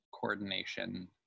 coordination